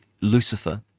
Lucifer